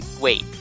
Wait